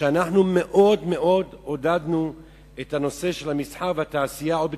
שמאוד עודדה את נושא המסחר והתעשייה עוד בתקופת,